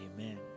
Amen